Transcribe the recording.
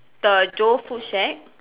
the Joe food shack